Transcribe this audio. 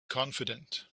confident